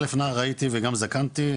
א' נער הייתי וגם זקנתי,